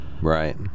Right